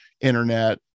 internet